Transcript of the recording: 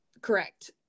Correct